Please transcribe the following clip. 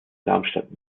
darmstadt